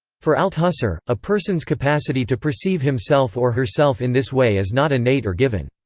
for althusser, a person's capacity to perceive himself or herself in this way is not innate or given.